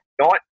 no